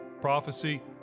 prophecy